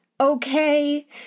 Okay